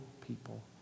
people